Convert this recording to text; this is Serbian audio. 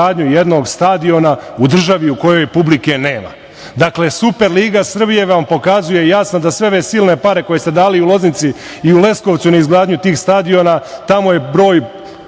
jednog stadiona u državi u kojoj publike nema. Dakle, Superliga Srbije vam pokazuje jasno da sve ove silne pare koje ste dali u Loznici i u Leskovcu na izgradnju tih stadiona tamo je broj